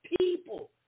people